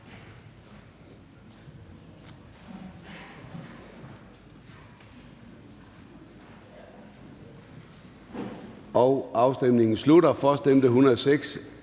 Afstemningen slutter. For stemte 107